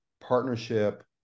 partnership